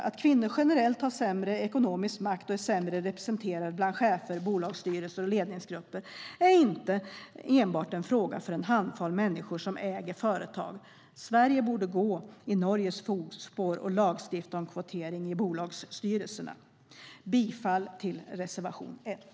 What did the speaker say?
Att kvinnor generellt har sämre ekonomisk makt och är sämre representerade bland chefer, i bolagsstyrelser och i ledningsgrupper är inte enbart en fråga för en handfull människor som äger företag. Sverige borde gå i Norges fotspår och lagstifta om kvotering i bolagsstyrelserna. Jag yrkar bifall till reservation 1.